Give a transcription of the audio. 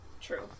True